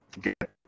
get